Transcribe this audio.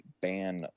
ban